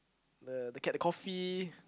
the the cat~ the coffee